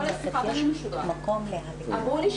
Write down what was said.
גלית וידרמן ממשרד הפנים חזרה אלינו?